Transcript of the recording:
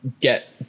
Get